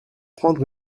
prendre